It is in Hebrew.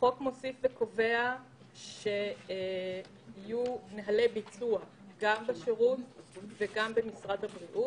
החוק מוסיף וקובע שיהיו נהלי ביצוע בשירות ובמשרד הבריאות.